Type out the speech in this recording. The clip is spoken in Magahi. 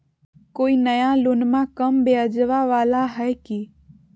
कोइ नया लोनमा कम ब्याजवा वाला हय की?